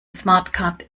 smartcard